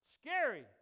Scary